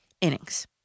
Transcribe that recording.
innings